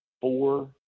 four